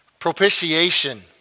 Propitiation